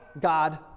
God